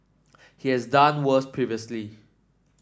he has done worse previously